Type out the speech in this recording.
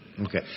Okay